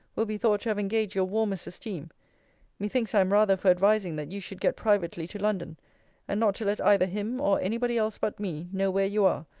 will be thought to have engaged your warmest esteem methinks i am rather for advising that you should get privately to london and not to let either him, or any body else but me, know where you are,